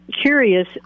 curious